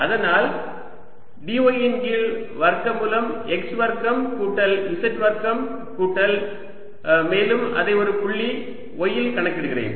அதனால் dy இன் கீழ் வர்க்கமூலம் x வர்க்கம் கூட்டல் z வர்க்கம் கூட்டல் மேலும் அதை ஒரு புள்ளி y இல் கணக்கிடுகிறேன்